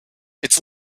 its